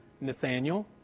Nathaniel